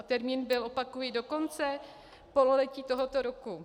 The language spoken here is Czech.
Termín byl, opakuji, do konce pololetí tohoto roku.